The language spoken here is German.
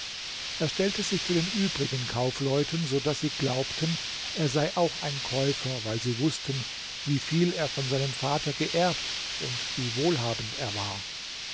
er stellte sich zu den übrigen kaufleuten so daß sie glaubten es sei auch ein käufer weil sie wußten wie viel er von seinem vater geerbt und wie wohlhabend er war